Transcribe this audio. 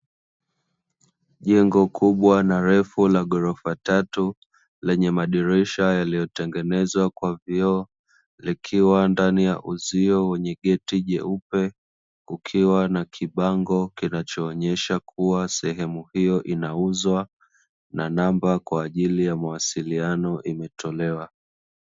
Jengo kubwa na refu la ghorofa tatu, lenye madirisha yaliyotengenezwa kwa vioo, likiwa ndani ya uzio wenye geti jeupe, kukiwa na kibango kinachoonyesha kuwa sehemu hiyo inauzwa, na namba kwa ajili ya mawasiliano imetolewa.